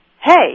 hey